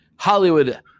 Hollywood